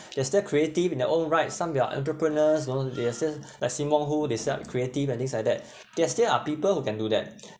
there's still creative in their own right some they are entrepreneurs you know they are since like sim-wong-hoo they sell creative and things like that there still are people who can do that